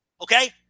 Okay